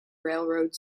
railroad